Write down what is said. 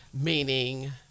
meaning